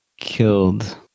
killed